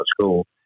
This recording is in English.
school